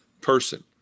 person